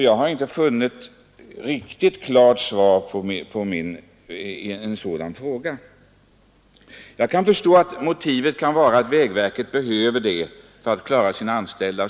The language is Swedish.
Jag har inte fått något riktigt klart svar på den frågan. Jag kan förstå motivet att vägverket behöver klara sysselsättningen för sina anställda.